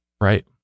Right